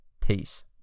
Peace